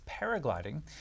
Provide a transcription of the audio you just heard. paragliding